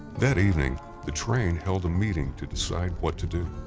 that evening the train held a meeting to decide what to do.